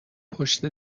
پشت